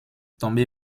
tombé